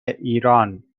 ایران